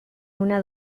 una